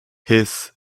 his